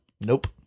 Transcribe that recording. Nope